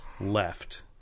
left